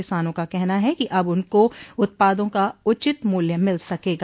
किसानों का कहना है कि अब उनको उत्पादों का उचित मूल्य मिल सकेगा